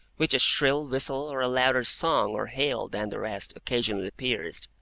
which a shrill whistle, or a louder song or hail than the rest, occasionally pierced.